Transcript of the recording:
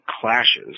clashes